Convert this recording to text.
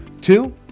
Two